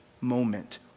moment